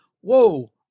whoa